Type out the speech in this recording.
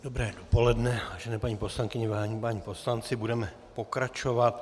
Dobré poledne, vážené paní poslankyně, vážení páni poslanci, budeme pokračovat.